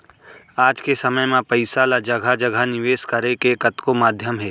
आज के समे म पइसा ल जघा जघा निवेस करे के कतको माध्यम हे